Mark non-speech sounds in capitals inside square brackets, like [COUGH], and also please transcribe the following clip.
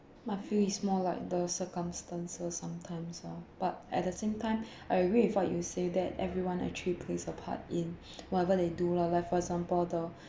my feel is more like the circumstances sometimes ah but at the same time [BREATH] I agree with what you say that everyone actually plays a part in [BREATH] whatever they do lah like for example the